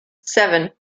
seven